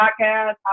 podcast